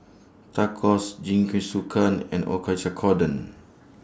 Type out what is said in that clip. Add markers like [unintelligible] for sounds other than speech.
Tacos Jingisukan and [unintelligible]